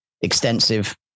extensive